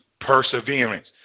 perseverance